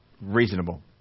reasonable